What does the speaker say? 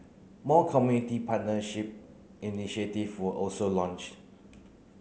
more community partnership initiative were also launched